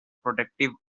protective